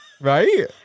right